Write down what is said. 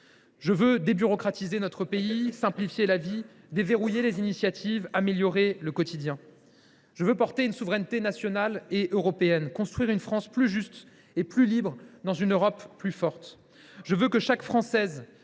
Je veux débureaucratiser notre pays, simplifier la vie, déverrouiller les initiatives, améliorer le quotidien. Je veux porter une souveraineté nationale et européenne, construire une France plus juste et plus libre dans une Europe plus forte. Je veux que chaque Française